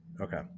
Okay